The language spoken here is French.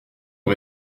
est